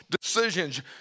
decisions